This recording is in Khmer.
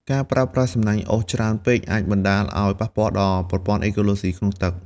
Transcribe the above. ការប្រើប្រាស់សំណាញ់អូសច្រើនពេកអាចបណ្ដាលឲ្យប៉ះពាល់ដល់ប្រព័ន្ធអេកូឡូស៊ីក្នុងទឹក។